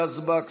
יזבק,